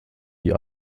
die